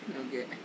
okay